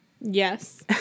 Yes